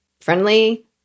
friendly